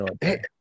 hey